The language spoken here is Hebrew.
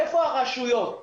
איפה הרשויות?